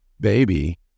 baby